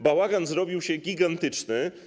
Bałagan zrobił się gigantyczny.